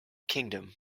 kingdom